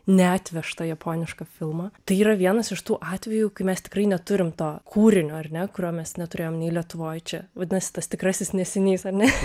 neatvežtą japonišką filmą tai yra vienas iš tų atvejų kai mes tikrai neturim to kūrinio ar ne kurio mes neturėjom nei lietuvoj čia vadinasi tas tikrasis nesinys ar ne